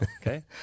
Okay